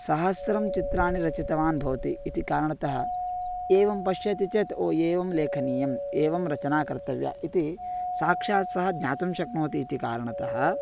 सहस्रं चित्राणि रचितवान् भवति इति कारणतः एवं पश्यति चेत् ओ एवं लेखनीयम् एवं रचना कर्तव्या इति साक्षात् सः ज्ञातुं शक्नोति इति कारणतः